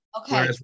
Okay